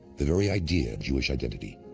the very idea of jewish identity.